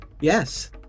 Yes